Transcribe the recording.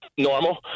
Normal